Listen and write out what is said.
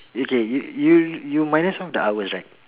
okay you you you minus off the hours right